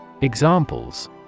Examples